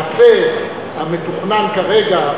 מעשה המתוכנן כרגע,